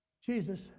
Jesus